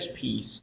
piece